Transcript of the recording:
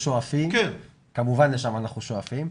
כמובן שלשם אנחנו שואפים.